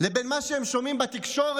לבין מה שהם שומעים בתקשורת